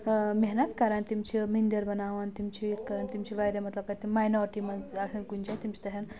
محنت کَران تِم چھِ مِنٛدر بَناوان تِم چھِ یِتھ کران تِم چھِ واریاہ مطلب تِم مَایٚنَارِٹی منٛز آسَن کُنہِ جایہِ تِم چھِ تَتٮ۪ن